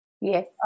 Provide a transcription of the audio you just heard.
Yes